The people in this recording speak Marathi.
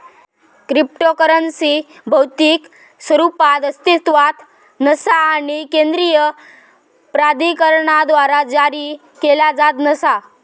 क्रिप्टोकरन्सी भौतिक स्वरूपात अस्तित्वात नसा आणि केंद्रीय प्राधिकरणाद्वारा जारी केला जात नसा